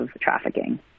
trafficking